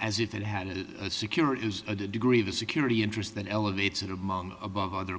as if it had a secure is a degree of security interest than elevates it among above other